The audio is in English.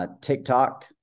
TikTok